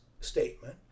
statement